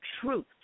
truth